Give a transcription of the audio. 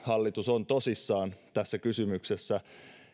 hallitus on tosissaan tässä kysymyksessä